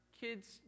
kids